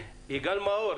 יגאל מאור,